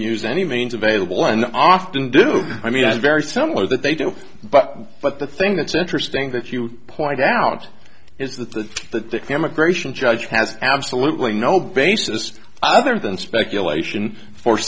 use any means available and often do i mean it's very similar that they do but but the thing that's interesting that you point out is that the the immigration judge has absolutely no basis other than speculation for